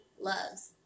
loves